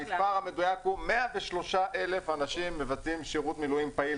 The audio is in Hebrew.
המספר המדויק הוא 103,000 אנשים מבצעים שירות מילואים פעיל.